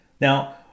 Now